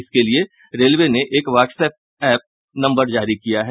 इसके लिये रेलवे ने एक व्हाट्सएप नंबर जारी किया है